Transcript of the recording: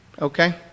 Okay